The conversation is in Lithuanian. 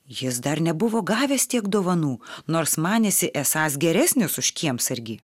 jis dar nebuvo gavęs tiek dovanų nors manėsi esąs geresnis už kiemsargį